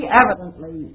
evidently